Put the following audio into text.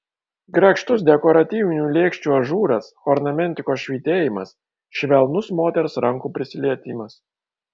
grakštus dekoratyvinių lėkščių ažūras ornamentikos švytėjimas švelnus moters rankų prisilietimas